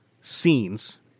scenes